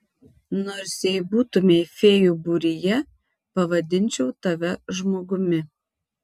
nors jei būtumei fėjų būryje pavadinčiau tave žmogumi